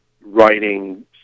writing